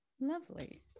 Lovely